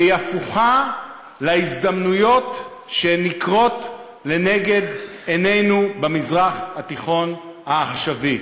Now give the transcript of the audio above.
והיא הפוכה להזדמנויות שנקרות לנגד עינינו במזרח התיכון העכשווי.